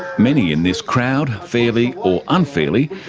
many in this crowd, fairly or unfairly,